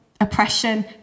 oppression